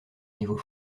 niveau